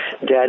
dad